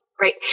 Right